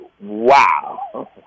wow